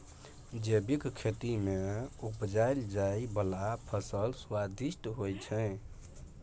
जैबिक खेती मे उपजाएल जाइ बला फसल स्वादिष्ट होइ छै